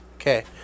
Okay